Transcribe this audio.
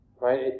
right